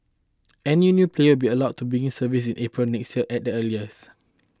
any new player will be allowed to begin services in April next year at the earliest